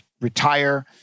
retire